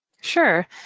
Sure